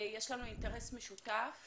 יש לנו אינטרס משותף